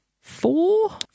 four